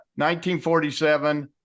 1947